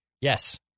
Yes